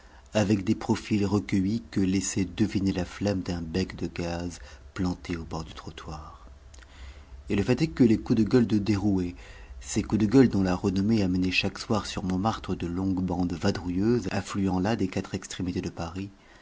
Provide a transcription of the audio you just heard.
avec des profils recueillis que laissait deviner la flamme d'un bec de gaz planté au bord du trottoir et le fait est que les coups de gueule de derouet ces coups de gueule dont la renommée amenait chaque soir sur montmartre de longues bandes vadrouilleuses affluant là des quatre extrémités de paris